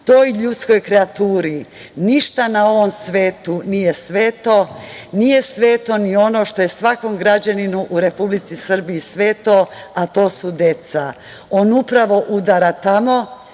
Toj ljudskoj kreaturi ništa na ovom svetu nije sveto, nije sveto ni ono što je svakom građaninu u Republici Srbiji sveto, a to su deca. On upravo udara tamo